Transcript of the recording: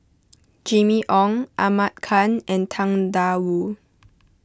Jimmy Ong Ahmad Khan and Tang Da Wu